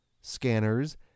Scanners